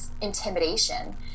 intimidation